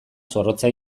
zorrotza